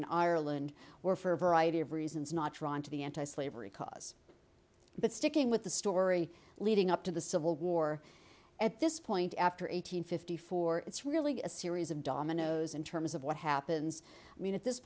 in ireland where for a variety of reasons not drawn to the anti slavery cause but sticking with the story leading up to the civil war at this point after eight hundred fifty four it's really a series of dominoes in terms of what happens i mean at this